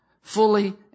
fully